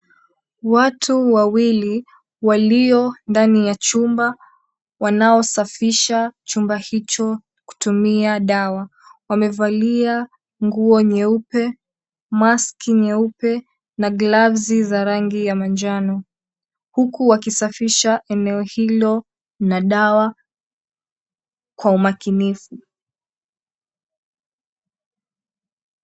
Watu wawili walio ndani ya chumba wanachosafisha kutumia dawa wamevalia nguo nyeupe, mask nyeupe na gloves za rangi ya manjano huku wakisafisha eneo hilo na dawa kwa umakinifu.